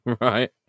Right